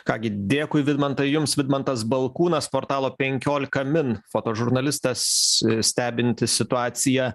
ką gi dėkui vidmantai jums vidmantas balkūnas portalo penkiolika min fotožurnalistas stebintis situaciją